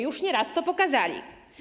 Już nie raz to pokazali.